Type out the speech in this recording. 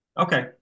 Okay